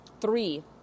Three